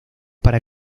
para